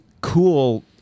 cool